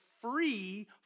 free